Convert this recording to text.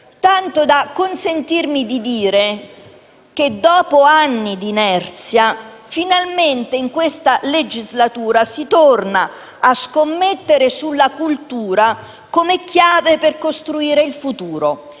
tanto da consentirmi di affermare che, dopo anni di inerzia, finalmente si torna a scommettere sulla cultura come chiave per costruire il futuro.